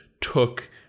took